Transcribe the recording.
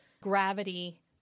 gravity